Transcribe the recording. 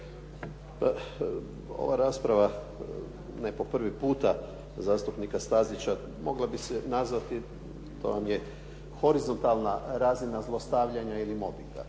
Ova rasprava ne po prvi puta, zastupnika Stazića, mogla bi se nazvati, to vam je horizontalna razina zlostavljanja ili mobinga.